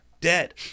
Dead